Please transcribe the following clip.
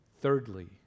thirdly